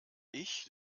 ich